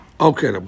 Okay